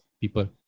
people